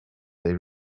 they